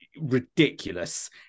ridiculous